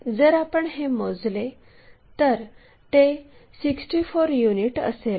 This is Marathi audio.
जर आपण हे मोजले तर ते 64 युनिट असेल